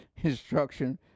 instruction